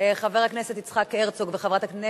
חבר הכנסת איתן כבל,